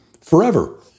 forever